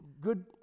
good